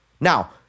Now